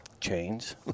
chains